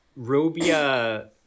Robia